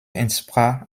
entsprach